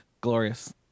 glorious